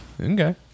okay